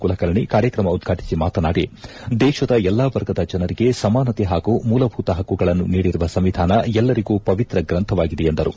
ಕುಲಕರ್ಣಿ ಕಾರ್ಕ್ರಮ ಉದ್ಘಾಟಿಸಿ ಮಾತನಾಡಿ ದೇಶದ ಎಲ್ಲಾ ವರ್ಗದ ಜನರಿಗೆ ಸಮಾನತೆ ಪಾಗೂ ಮೂಲಭೂತ ಪಕ್ಕುಗಳನ್ನು ನೀಡಿರುವ ಸಂವಿಧಾನ ಎಲ್ಲರಿಗೂ ಪವಿತ್ರ ಗ್ರಂಥವಾಗಿದೆ ಎಂದರು